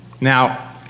Now